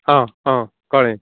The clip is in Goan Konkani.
आं आं कळ्ळें